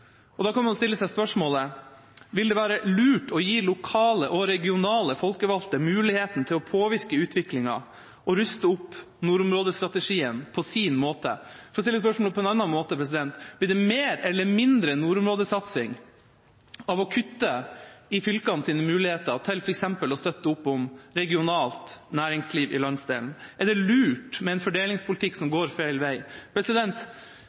og da kan man stille seg spørsmålet: Vil det være lurt å gi lokale og regionale folkevalgte muligheten til å påvirke utviklinga og ruste opp nordområdestrategien på sin måte? For å stille spørsmålet på en annen måte: Blir det mer eller mindre nordområdesatsing av å kutte i fylkenes muligheter til f.eks. å støtte opp om regionalt næringsliv i landsdelen? Er det lurt med en fordelingspolitikk som går feil vei?